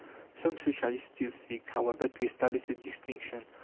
some socialists still seek, however, to establish a distinction.